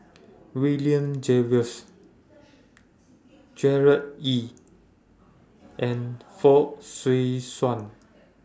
William Jervois Gerard Ee and Fong Swee Suan